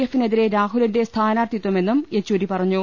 എഫിനെതിരെ രാഹുലിന്റെ സ്ഥാനാർത്ഥി ത്വമെന്നും യെച്ചൂരി പറഞ്ഞു